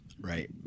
Right